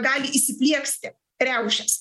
gali įsiplieksti riaušės